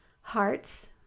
hearts